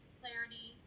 clarity